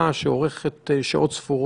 אני ממליץ לתת יום אחד במקום שלושה ימים.